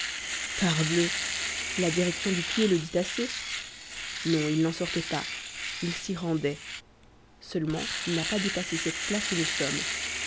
parbleu la direction du pied le dit assez non il n'en sortait pas il s'y rendait seulement il n'a pas dépassé cette place où nous sommes